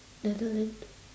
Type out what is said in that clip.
Netherlands